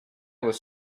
was